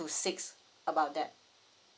to six about that